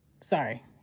sorry